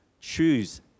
choose